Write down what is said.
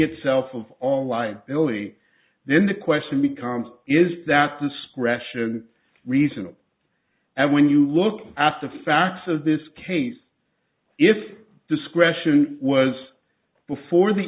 itself of all liability then the question becomes is that discretion reasonable and when you look at the facts of this case if discretion was before the